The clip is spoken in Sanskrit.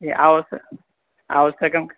नि आवस आवश्यकं